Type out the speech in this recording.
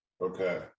Okay